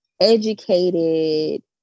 educated